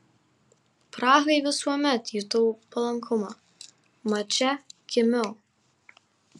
prahai visuomet jutau palankumą mat čia gimiau